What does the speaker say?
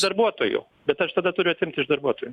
darbuotojų bet aš tada turiu atimti iš darbuotojų